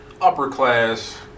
upper-class